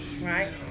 right